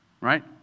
right